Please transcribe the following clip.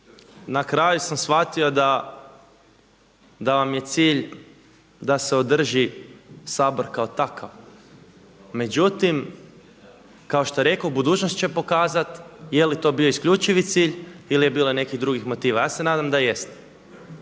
na kraju sam shvatio da vam je cilj da se održi Sabor kao takav. Međutim kao što rekoh budućnost će pokazati je li to bio isključivi cilj ili je bilo nekih drugih motiva. Ja se nadam da jeste.